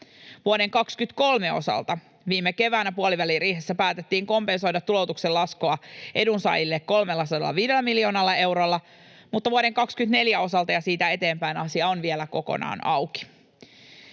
Vuoden 23 osalta viime keväänä puoliväliriihessä päätettiin kompensoida tuloutuksen laskua edunsaajille 305 miljoonalla eurolla, mutta vuoden 24 osalta ja siitä eteenpäin asia on vielä kokonaan auki.